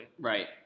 right